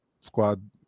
Squad